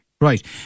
Right